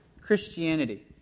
Christianity